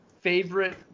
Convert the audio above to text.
favorite